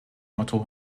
motto